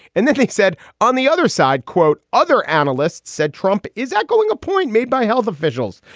and then they said on the other side, quote, other analysts said trump is ah going a point made by health officials.